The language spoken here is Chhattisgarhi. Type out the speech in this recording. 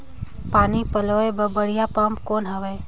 पानी पलोय बर बढ़िया पम्प कौन हवय?